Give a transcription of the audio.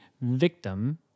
victim